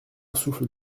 souffle